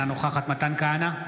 אינה נוכחת מתן כהנא,